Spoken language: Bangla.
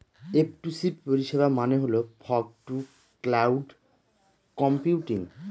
এফটুসি পরিষেবা মানে হল ফগ টু ক্লাউড কম্পিউটিং